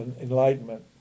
enlightenment